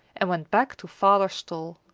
and went back to father's stall.